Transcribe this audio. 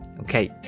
Okay